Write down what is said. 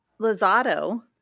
Lozado